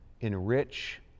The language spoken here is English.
enrich